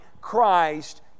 Christ